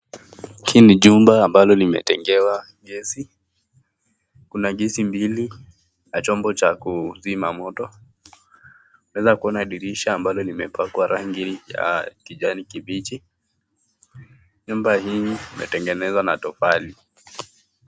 Hii ni chumba ambalo limetengewa gesi. Kuna gesi mbili na chombo cha kuzima moto, tunaweza kuona dirisha ambalo limepakwa rangi ya kijani kibichi nyumba hii imetengenezewa na tofali.